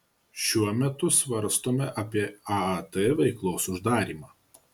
šiuo metu svarstome apie aat veiklos uždarymą